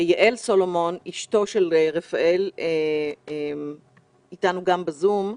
יעל סלומון, אשתו של רפאל, איתנו בזום.